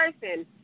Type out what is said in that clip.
person